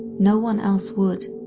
no one else would.